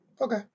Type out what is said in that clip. okay